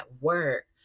work